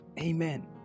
Amen